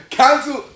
cancel